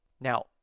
now